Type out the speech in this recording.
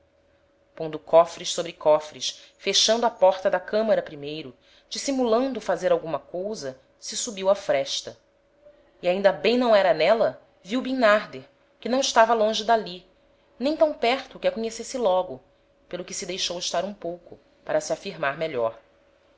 pondo cofres sobre cofres fechando a porta da camara primeiro dissimulando fazer alguma cousa se subiu á fresta e ainda bem não era n'éla viu bimnarder que não estava longe d'ali nem tam perto que a conhecesse logo pelo que se deixou estar um pouco para se afirmar melhor